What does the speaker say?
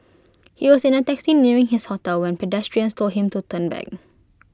he was in A taxi nearing his hotel when pedestrians told him to turn back